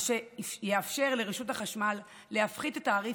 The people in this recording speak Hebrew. מה שיאפשר לרשות החשמל להפחית את התעריף